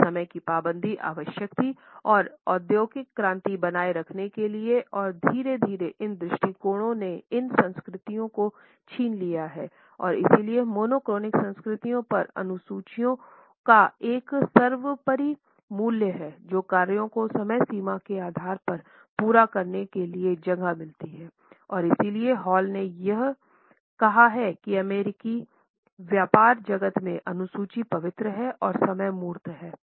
यह समय की पाबंदी आवश्यक थी औद्योगिक क्रांति बनाए रखने के लिए और धीरे धीरे इन दृष्टिकोणों ने इन संस्कृतियों को छीन लिया है और इसलिए मोनोक्रॉनिक संस्कृतियों पर अनुसूचियों का एक सर्वोपरि मूल्य है जो कार्यों को समय सीमा के आधार पर पूरा करने के लिए जगह मिलती है और इसलिए हॉल यह ने कहा है कि अमेरिकी व्यापार जगत मेंअनुसूची पवित्र है और समय मूर्त है